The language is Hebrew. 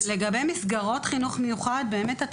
אז לגבי מסגרות חינוך מיוחד באמת אתה